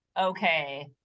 Okay